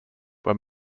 were